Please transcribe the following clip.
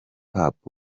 hop